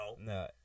No